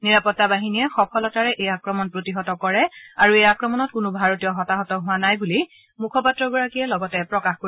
নিৰাপত্তা বাহিনীযে সফলতাৰে এই আক্ৰমণ প্ৰতিহত কৰে আৰু এই আক্ৰমণত কোনো ভাৰতীয হতাহত হোৱা নাই বুলি মুখপাত্ৰগৰাকীয়ে প্ৰকাশ কৰে